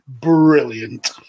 brilliant